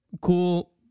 cool